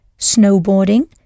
snowboarding